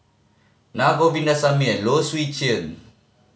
Naa Govindasamy and Low Swee Chen